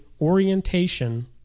orientation